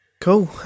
Cool